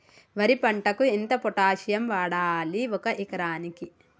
వరి పంటకు ఎంత పొటాషియం వాడాలి ఒక ఎకరానికి?